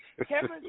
Kevin